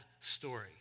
story